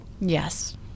Yes